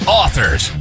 authors